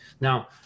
Now –